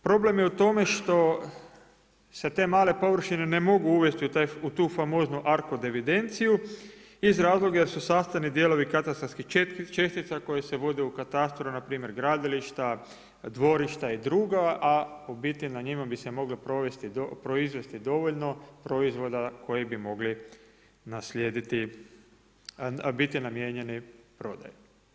Problem je u tome što se te male površine ne mogu uvesti u tu famoznu ARCOD evidenciju iz razloga jer su sastavni dijelovi katastarskih čestica koje se vode u katastru na primjer gradilišta, dvorišta i drugo, a u biti na njima bi se moglo proizvesti dovoljno proizvoda koje bi mogli naslijediti, biti namijenjeni prodaji.